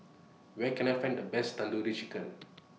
Where Can I Find The Best Tandoori Chicken